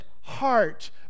heart